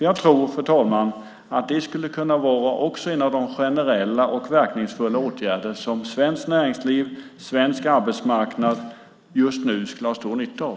Jag tror, fru talman, att det också skulle kunna vara en av de generella och verkningsfulla åtgärder som svenskt näringsliv och svensk arbetsmarknad just nu har stor nytta av.